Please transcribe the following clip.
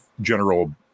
general